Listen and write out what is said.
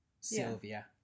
Sylvia